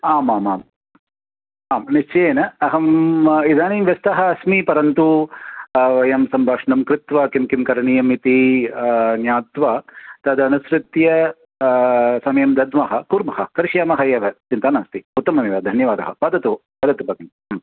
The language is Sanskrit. आमामाम् आं निश्चयेन अहं इदानीं व्यस्तः अस्मि परन्तु वयं सम्भाषणं कृत्वा किं किं करणीयमिति ज्ञात्वा तदनुसृत्य समयं दद्मः कुर्मः करिष्यामः एव चिन्ता नास्ति उत्तममेव धन्यवादः वदतु वदतु भगिनि